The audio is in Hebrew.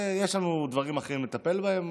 יש לנו דברים אחרים לטפל בהם.